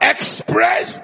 Express